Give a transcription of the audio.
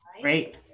Great